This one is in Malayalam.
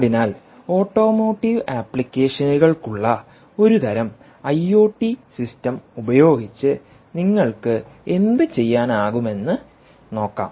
അതിനാൽ ഓട്ടോമോട്ടീവ് ആപ്ലിക്കേഷനുകൾക്കുള്ള ഒരു തരം ഐഒടി സിസ്റ്റം ഉപയോഗിച്ച് നിങ്ങൾക്ക് എന്തുചെയ്യാനാകുമെന്ന് നോക്കാം